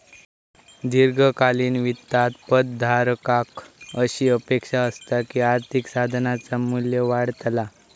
दीर्घकालीन वित्तात पद धारकाक अशी अपेक्षा असता की आर्थिक साधनाचा मू्ल्य वाढतला